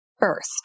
First